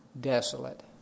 desolate